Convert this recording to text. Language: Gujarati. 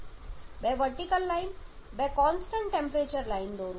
બે વર્ટિકલ લાઈન બે કોન્સ્ટન્ટ ટેમ્પરેચર લાઈન દોરો